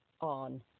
on